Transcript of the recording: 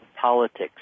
politics